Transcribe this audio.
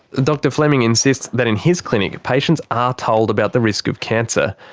dr fleming insists that in his clinic, patients are told about the risk of cancer.